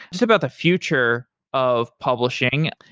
it's about the future of publishing.